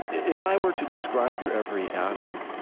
if i were to describe your every atom,